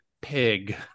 pig